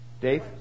Dave